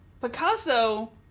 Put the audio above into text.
Picasso